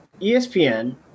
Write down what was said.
ESPN